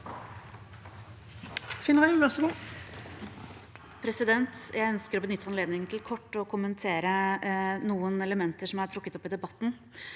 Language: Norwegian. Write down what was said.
Jeg ønsker å benytte anledningen til kort å kommentere noen elementer som er trukket opp i debatten.